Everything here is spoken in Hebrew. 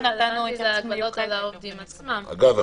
אגב,